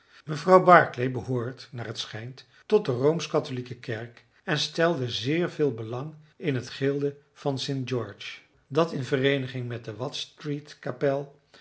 mevrouw barclay behoort naar het schijnt tot de roomsch-katholieke kerk en stelde zeer veel belang in het gilde van st george dat in vereeniging met de watt street kapel